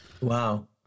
Wow